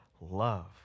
love